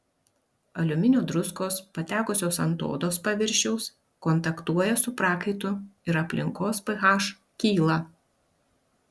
aliuminio druskos patekusios ant odos paviršiaus kontaktuoja su prakaitu ir aplinkos ph kyla